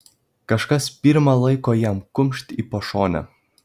kažkas pirma laiko jam kumšt į pašonę